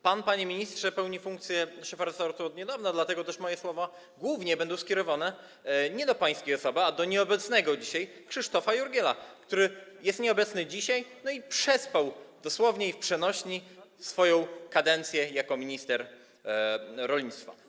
Pan, panie ministrze, pełni funkcję szefa resortu od niedawna, dlatego też moje słowa głównie będą skierowane nie do pana, ale do nieobecnego dzisiaj Krzysztofa Jurgiela, który i jest nieobecny dzisiaj, i przespał - dosłownie i w przenośni - swoją kadencję jako minister rolnictwa.